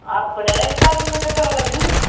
आपल्याला एक पाच दिवसाचं करावं लागेल ना